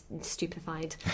stupefied